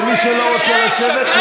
ומי שלא רוצה לשבת,